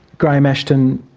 graham ashton,